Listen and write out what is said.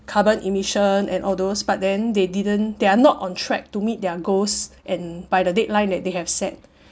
carbon emission and all those but then they didn't they are not on track to meet their goals and by the deadline that they have set